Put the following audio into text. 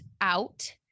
out